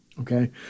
Okay